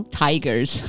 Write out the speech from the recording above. tigers